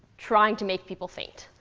trying to make people faint.